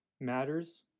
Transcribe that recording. matters